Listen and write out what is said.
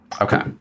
Okay